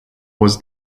was